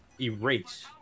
erase